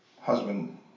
husband